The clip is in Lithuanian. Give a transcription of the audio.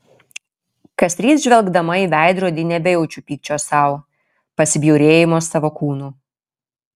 kasryt žvelgdama į veidrodį nebejaučiu pykčio sau pasibjaurėjimo savo kūnu